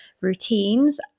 routines